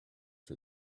for